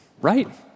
right